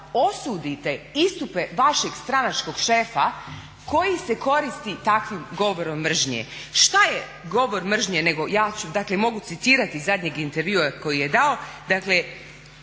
osudite istupe vašeg stranačkog šefa koji se koristi takvim govorom mržnje. Što je govor mržnje nego ja ću, dakle mogu citirati zadnjeg intervjua koji je dao,